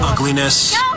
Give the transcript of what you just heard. Ugliness